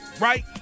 right